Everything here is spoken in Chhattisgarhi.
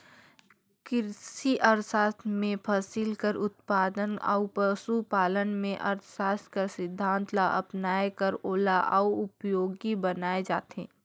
किरसी अर्थसास्त्र में फसिल कर उत्पादन अउ पसु पालन में अर्थसास्त्र कर सिद्धांत ल अपनाए कर ओला अउ उपयोगी बनाए जाथे